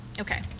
Okay